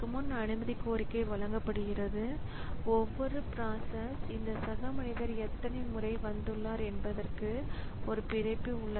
பின்னர் மீண்டும் அது சேவைக்குச் செல்கிறது அது இயல்பான செயல்பாட்டிற்குச் செல்கிறது